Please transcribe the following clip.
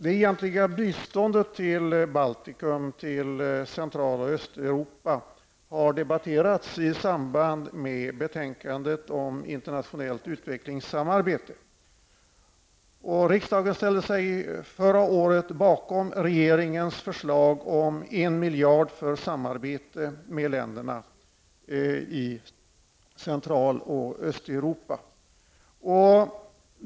Det egentliga biståndet till Baltikum och till Central och Östeuropa har debatterats i samband med betänkandet om internationellt utvecklingssamarbete. Riksdagen ställde sig förra året bakom regeringens förslag om en miljard för samarbete med länderna i Central och Östeuropa.